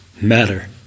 matter